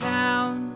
town